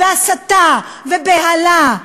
והסתה ובהלה.